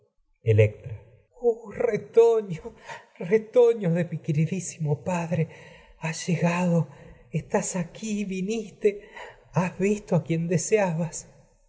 oh retoño retoño de mi queridísimo padre has llegado estás aquí viniste has visto a quien deseabas